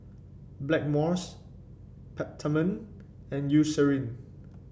Blackmores Peptamen and Eucerin